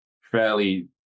fairly